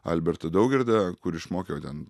albertą daugirdą kur išmokė ten